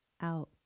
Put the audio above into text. out